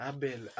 Abel